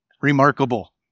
remarkable